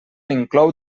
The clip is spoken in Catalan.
inclou